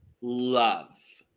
love